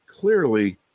clearly